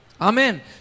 Amen